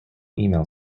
email